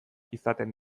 izaten